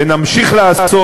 ונמשיך לעשות,